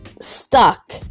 stuck